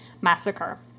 Massacre